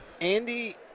Andy